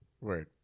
Right